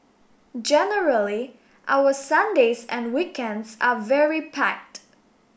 generally our Sundays and weekends are very packed